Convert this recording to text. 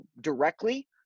directly